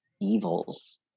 evils